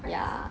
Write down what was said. quite true